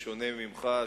שלא כמוך,